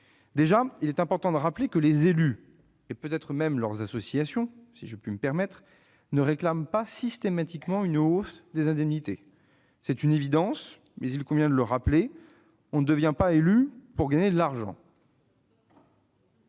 D'abord, il est important de rappeler que les élus, et peut-être même leurs associations, ne réclament pas systématiquement une hausse des indemnités. C'est une évidence, mais il convient de le rappeler : on ne devient pas élu pour gagner de l'argent.